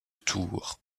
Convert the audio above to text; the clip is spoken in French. tours